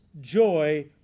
joy